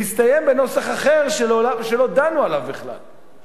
והסתיים בנוסח אחר שלא דנו עליו בכלל,